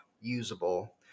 usable